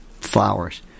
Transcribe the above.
flowers